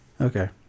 Okay